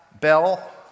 bell